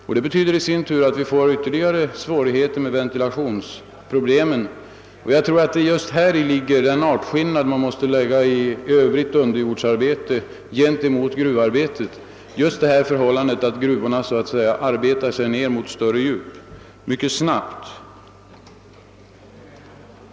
Detta betyder i sin tur att ventilationsproblemet blir ännu svårare. Och just detta förhållande, att gruvorna så att säga arbetar sig ner mot större djup mycket snabbt, medför enligt min mening en artskillnad mellan gruvarbete och övrigt underjordsarbete.